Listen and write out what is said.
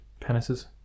penises